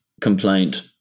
complaint